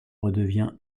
redevient